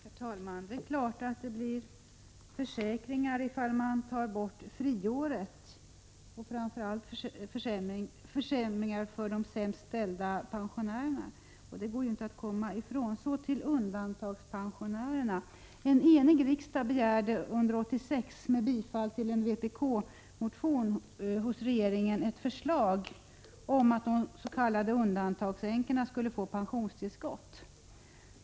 Herr talman! Det är klart att det blir försämringar om man tar bort friåret, framför allt för de sämst ställda pensionärerna. Så till undantagandepensionärerna. En enig riksdag begärde 1986, med bifall till en vpk-motion, ett förslag från regeringen om att de s.k. undantagandeänkorna skulle få pensionstillskott.